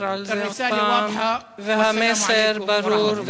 והמסר ברור,